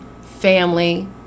family